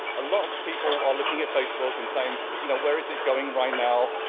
a lot of people are looking at facebook and saying, you know, where is it going right now?